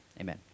Amen